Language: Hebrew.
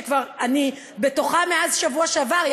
שאני כבר בתוכה מאז השבוע שעבר,